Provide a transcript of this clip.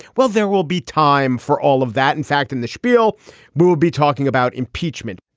well there will be time for all of that in fact in the spiel but we'll be talking about impeachment.